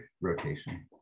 rotation